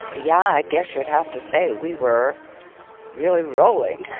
yeah. guess i'd have to say we were really rolling